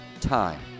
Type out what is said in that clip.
time